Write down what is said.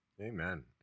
Amen